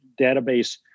database